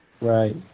Right